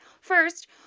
first